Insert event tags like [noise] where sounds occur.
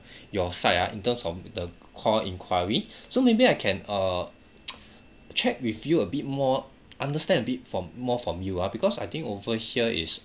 your side ah in terms of the call enquiry so maybe I can err [noise] check with you a bit more understand a bit from more from you ah because I think over here is